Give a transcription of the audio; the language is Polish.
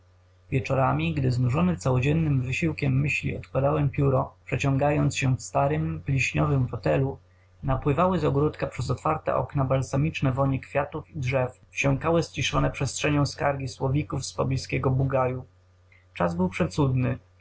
wieczorami gdy znużony całodziennym wysiłkiem myśli odkładałem pióro przeciągając się w starym pilśniowym fotelu napływały z ogródka przez otwarte okna balsamiczne wonie kwiatów i drzew wsiąkały ściszone przestrzenią skargi słowików z blizkiego bugaju czas był przecudny